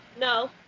No